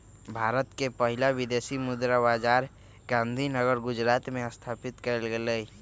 भारत के पहिला विदेशी मुद्रा बाजार गांधीनगर गुजरात में स्थापित कएल गेल हइ